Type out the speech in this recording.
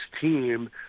team